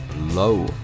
Low